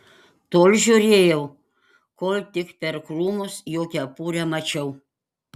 tol žiūrėjau kol tik per krūmus jo kepurę mačiau